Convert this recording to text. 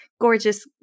gorgeous